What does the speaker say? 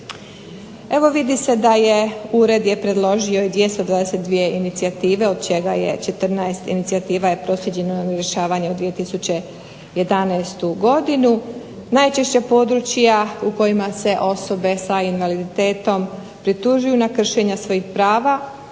Evo vidi se da je, Ured je predložio i 222 inicijative od čega je 14 inicijativa je proslijeđeno na rješavanje 2011. godinu. Najčešća područja u kojima se osobe sa invaliditetom pritužuju na kršenja svojih prava